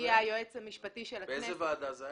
הגיע היועץ המשפטי של הכנסת --- באיזו ועדה זה היה?